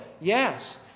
Yes